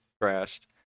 crashed